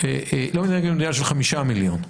לא מתנהגת כמדינה של חמישה מיליון.